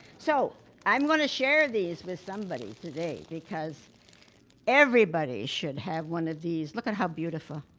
so i'm going to share these with somebody today because everybody should have one of these, look at how beautiful,